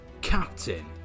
captain